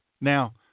Now